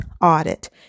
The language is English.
audit